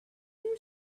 you